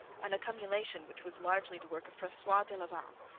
an accumulation which was largely the work of francois de laval,